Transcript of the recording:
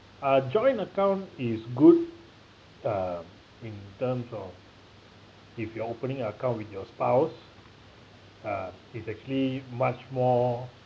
uh joint account is good uh in terms of if you are opening account with your spouse uh is actually much more